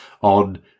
on